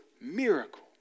miracle